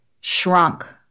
shrunk